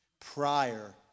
prior